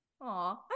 Aw